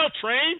Train